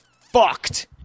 fucked